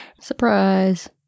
Surprise